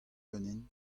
ganin